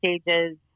stages